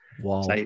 Wow